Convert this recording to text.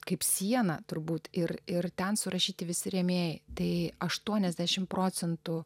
kaip siena turbūt ir ir ten surašyti visi rėmėjai tai aštuoniasdešim procentų